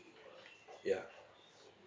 ya